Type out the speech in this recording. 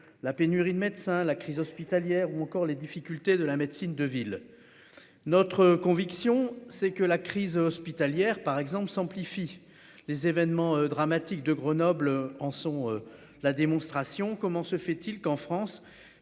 la pénurie de médecins, la crise hospitalière ou encore les difficultés de la médecine de ville. Notre conviction c'est que la crise hospitalière par exemple s'amplifie les événements dramatiques de Grenoble en sont la démonstration comment se fait-il qu'en France,